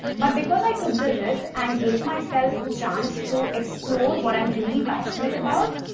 but because i took the risk and gave myself a chance to explore what i'm really passionate about,